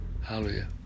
hallelujah